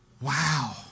wow